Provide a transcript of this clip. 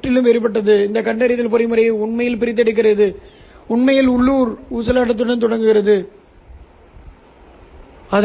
சமிக்ஞை துருவப்படுத்தப்பட்டதாக நாங்கள் கருதுகிறோம் மேலும் சிக்னலின் மேல் ஒரு பட்டியை வரைவதன் மூலம் துருவப்படுத்தப்பட்ட சமிக்ஞையை நான் பிரதிநிதித்துவப்படுத்துகிறேன்